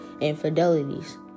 infidelities